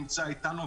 נמצא איתנו.